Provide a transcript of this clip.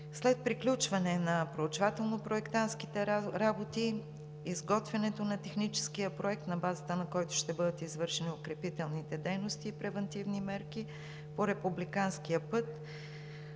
След приключване на проучвателно-проектантските работи, изготвянето на Техническия проект на базата, на който ще бъдат извършени укрепителни дейности и превантивни мерки по републиканския път,